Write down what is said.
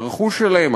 הרכוש שלהם,